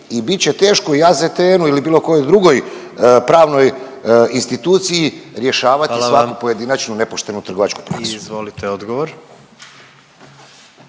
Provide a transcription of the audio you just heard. i bit će teško i AZTN-u ili bilo kojoj drugoj pravnoj instituciji rješavati svaku pojedinačnu …/Upadica predsjednik: Hvala